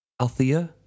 Althea